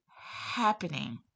happening